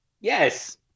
Yes